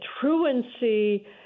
truancy